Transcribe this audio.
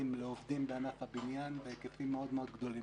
לעובדים בענף הבניין בהיקפים מאוד גדולים.